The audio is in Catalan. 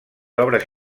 obres